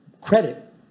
Credit